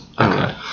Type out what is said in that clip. Okay